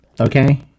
okay